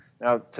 Now